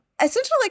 essentially